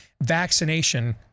vaccination